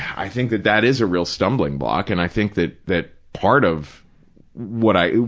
i think that that is a real stumbling block, and i think that that part of what i,